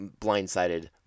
blindsided